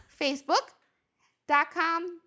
facebook.com